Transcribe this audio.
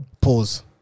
Pause